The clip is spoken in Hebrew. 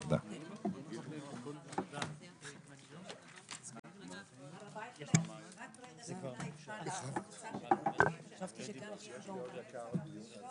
בשעה 10:44.